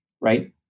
right